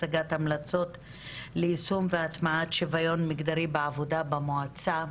הצגת המלצות ליישום והטמעת שוויון מגדרי בעבודה במועצה.